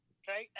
okay